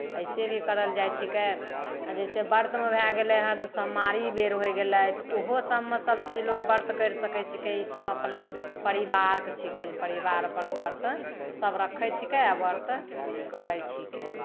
अइसे भी कयल जाइ छिकै आ जैसे व्रतमे भए गेलै हन सोमवारी बेर होइ गेलै ओहो सभमे सभचीज लोक व्रत करि सकै छिकै इसभ अपना परिवारक छिकै परिवार अपना व्रत सभ रखै छिकै आ व्रत करै छिकै